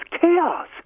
chaos